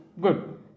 Good